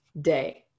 day